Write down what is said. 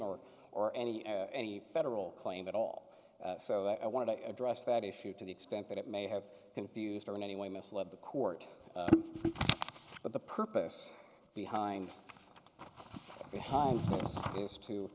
m or any any federal claim at all so that i wanted to address that issue to the extent that it may have confused or in any way misled the court but the purpose behind behind me is to